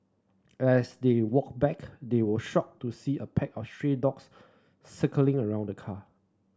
as they walked back they were shocked to see a pack of stray dogs circling around the car